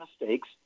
mistakes